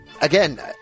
Again